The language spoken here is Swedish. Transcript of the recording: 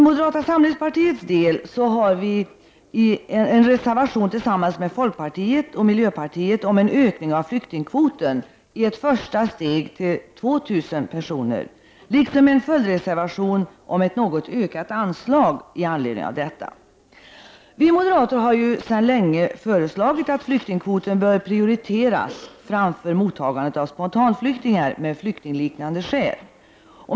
Moderata samlingspartiet har tillsammans med folkpartiet och miljöpartiet fogat en reservation till betänkandet om en ökning av flyktingkvoten, i ett första steg till 2 000 personer. Vi har även fogat en följdreservation till betänkandet om ett något ökat anslag i anledning av detta. Vi moderater har sedan länge föreslagit att flyktingkvoten skall prioriteras framför mottagandet av spontanflyktingar med flyktingliknande skäl.